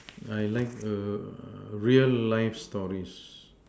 I like a real life stories